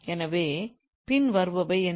எனவே பின்வருபவை என்ன